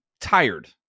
tired